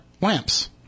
lamps